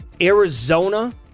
Arizona